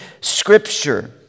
Scripture